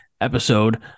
episode